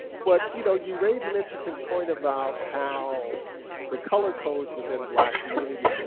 but you know you raise an interesting point about how the color codes within black